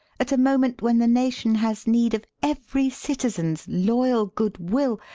at a moment when the nation has need of every citizen's loyal goodwill,